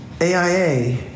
aia